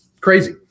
crazy